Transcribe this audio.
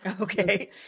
Okay